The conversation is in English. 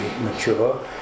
mature